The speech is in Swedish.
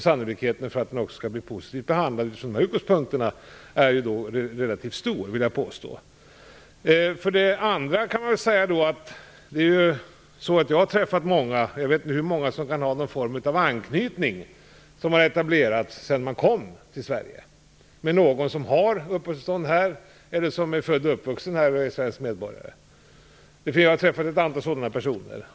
Sannolikheten för att den skall bli positivt behandlad utifrån dessa utgångspunkter är relativt stor, vill jag påstå. Jag har träffat många - jag vet inte hur många - som etablerat någon form av anknytning sedan de kom till Sverige med någon som har uppehållstillstånd här eller som är född och uppvuxen här och är svensk medborgare. Jag har träffat ett antal sådana personer.